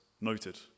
noted